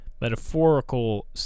Metaphorical